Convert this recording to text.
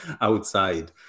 outside